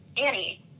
Annie